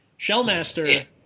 Shellmaster